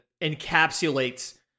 encapsulates